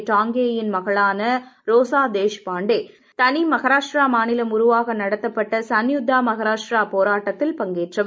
டாங்கே யின் மகளான ரோசா தேஷ் பாண்டே தனி மகாராஷ்ட்ரா மாநிலம் உருவாக நடத்தப்பட்ட சன்யுக்த மகாராஷ்ட்ரா போராட்டத்தில் பங்கேற்றவர்